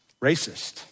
racist